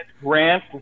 Grant